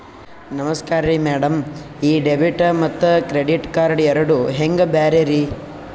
ನಮಸ್ಕಾರ್ರಿ ಮ್ಯಾಡಂ ಈ ಡೆಬಿಟ ಮತ್ತ ಕ್ರೆಡಿಟ್ ಕಾರ್ಡ್ ಎರಡೂ ಹೆಂಗ ಬ್ಯಾರೆ ರಿ?